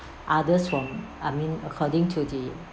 others from I mean according to the